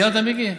סיימת, מיקי?